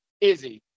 Izzy